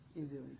easily